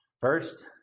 first